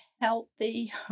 healthy